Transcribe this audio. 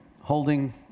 holding